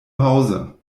hause